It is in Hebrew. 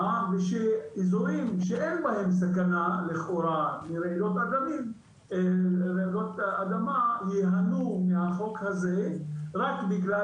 ואזורים שהם בהם סכנה לכאורה לרעידות אדמה ייהנו מהחוק הזה רק בגלל